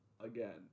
again